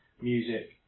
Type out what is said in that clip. music